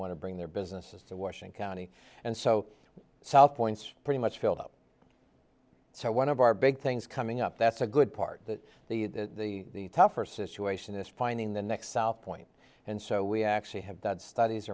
want to bring their businesses to washing county and so south point's pretty much filled up so one of our big things coming up that's a good part that the tougher situation is finding the next south point and so we actually have done studies